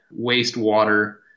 wastewater